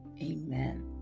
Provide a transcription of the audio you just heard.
Amen